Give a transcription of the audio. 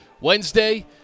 Wednesday